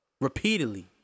Repeatedly